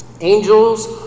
angels